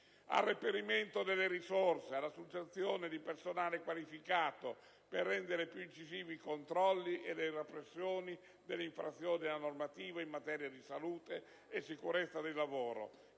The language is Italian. del reperimento delle risorse; dell'assunzione di personale qualificato per rendere più incisivi i controlli e la repressione delle infrazioni alla normativa in materia di salute e sicurezza del lavoro